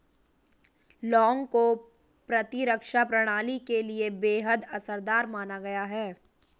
लौंग को प्रतिरक्षा प्रणाली के लिए बेहद असरदार माना गया है